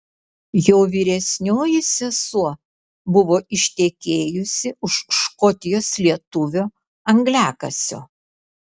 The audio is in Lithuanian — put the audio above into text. jo vyresnioji sesuo buvo ištekėjusi už škotijos lietuvio angliakasio